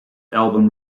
album